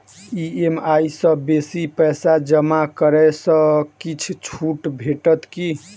EMI सँ बेसी पैसा जमा करै सँ किछ छुट भेटत की?